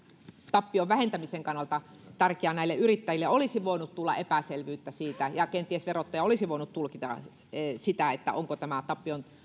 tappion vähentämisen kannalta tärkeä näille yrittäjille olisi voinut tulla epäselvyyttä siitä ja kenties verottaja olisi voinut tulkita sitä toisin onko tämä tappion